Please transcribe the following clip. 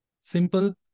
simple